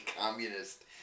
communist